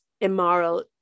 immoral